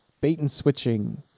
bait-and-switching